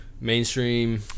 Mainstream